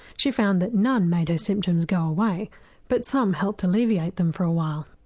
she found that none made her symptoms go away but some helped to alleviate them for a while.